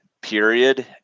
period